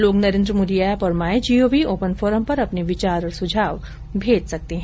लोग नरेन्द्र मोदी ऐप और my G O V open forum पर अपने विचार और सुझाव भेज सकते हैं